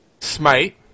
Smite